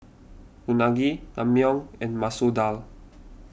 Unagi Naengmyeon and Masoor Dal